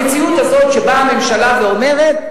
המציאות הזאת שבאה הממשלה ואומרת,